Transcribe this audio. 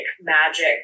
magic